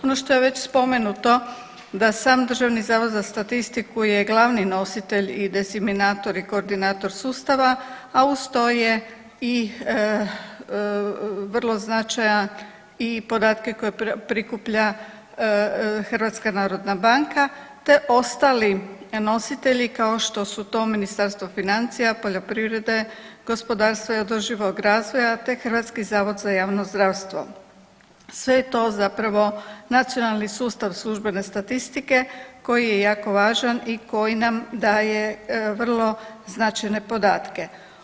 Ono što je već spomenuto da sam Državni zavod za statistiku je glavni nositelj i desiminator i koordinator sustava, a uz to je i vrlo značajan i podatke koje prikuplja HNB, te ostali nositelji kao što su to Ministarstvo financija, poljoprivrede, gospodarstva i održivog razvoja, te HZJZ, sve je to zapravo nacionalni sustav službene statistike koji je jako važan i koji nam daje vrlo značajne podatke.